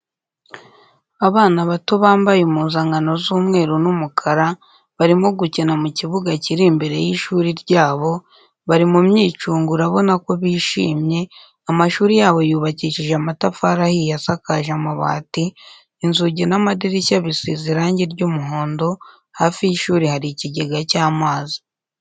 Abana bato bambaye impuzankano z'umweru n'umukara barimo gukina mu kibuga kiri imbere y'ishuri ryabo, bari mu myicungo urabona ko bishimye, amashuri yabo yubakishije amatafari ahiye asakaje amabati, inzugi n'amadirishya bisize irangi ry'umuhondo hafi y'ishuri hari ikigega cy'amazi.